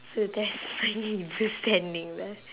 so that's when he was standing there